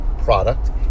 product